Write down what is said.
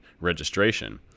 registration